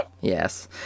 Yes